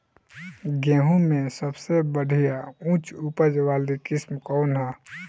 गेहूं में सबसे बढ़िया उच्च उपज वाली किस्म कौन ह?